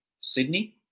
Sydney